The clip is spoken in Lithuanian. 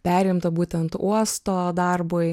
perimta būtent uosto darbui